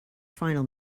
final